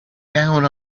down